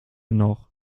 noch